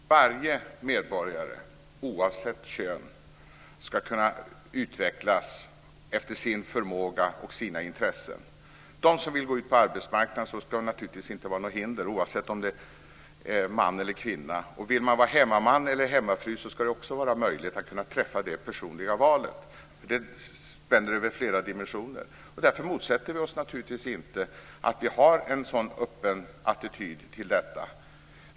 Fru talman! Varje medborgare, oavsett kön, ska kunna utvecklas efter sin förmåga och sina intressen. För dem som vill gå ut på arbetsmarknaden ska det naturligtvis inte finnas några hinder, oavsett om det är fråga om en man eller en kvinna, och vill man vara hemmaman eller hemmafru så ska det också vara möjligt att träffa det personliga valet. Detta spänner över flera dimensioner. Därför motsätter vi oss naturligtvis inte att vi har en sådan öppen attityd till detta.